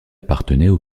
appartenaient